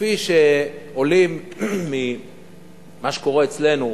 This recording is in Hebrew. כפי שעולים ממה שקורה אצלנו,